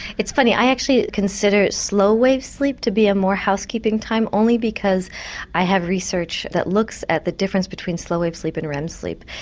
it's funny, i actually consider slow wave sleep to be a more housekeeping time, only because i have research that looks at the difference between slow wave sleep and rem sleep,